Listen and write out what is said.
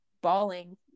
bawling